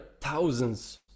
thousands